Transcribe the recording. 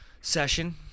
session